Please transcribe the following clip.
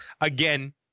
again